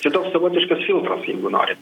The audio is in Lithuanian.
čia toks savotiškas filtras jeigu norit